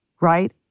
right